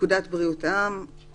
"פקודת בריאות העם" פקודת בריאות העם,